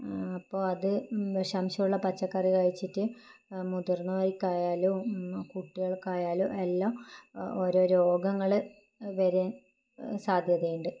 അപ്പോൾ അത് വിഷാംശമുള്ള പച്ചക്കറി കഴിച്ചിട്ട് മുതിർന്നവർക്കായാലും കുട്ടികൾക്കായാലും എല്ലാം ഓരോ രോഗങ്ങൾ വരാൻ സാധ്യതയുണ്ട്